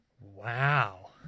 Wow